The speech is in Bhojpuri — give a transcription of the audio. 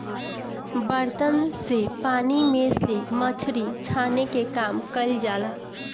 बर्तन से पानी में से मछरी छाने के काम कईल जाला